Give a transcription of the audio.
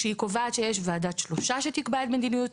כשהיא קובעת שיש ועדת שלושה שתקבע את מדיניות